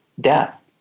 death